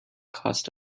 cost